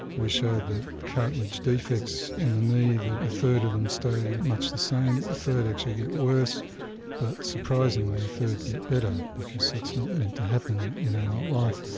we showed that cartilage defects in the knee that a third of them stay much the same, a third actually get worse but surprisingly a third get better because it's not meant to happen in adult life.